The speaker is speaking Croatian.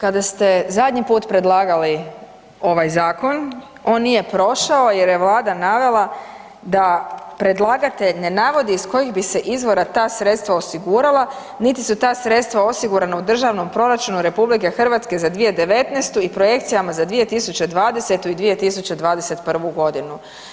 Kada ste zadnji put predlagali ovaj zakon on nije prošao jer je Vlada navela da predlagatelj ne navodi iz kojih bi se izvora ta sredstva osigurala, niti su ta sredstva osigurana u Državnom proračunu Republike Hrvatske za 2019. i projekcijama za 2020. i 2021. godinu.